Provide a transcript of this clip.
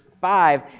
Five